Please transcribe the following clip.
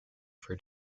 for